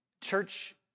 church